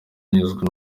anyuzwe